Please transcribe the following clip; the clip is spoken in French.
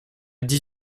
dix